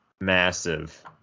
massive